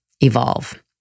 evolve